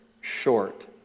short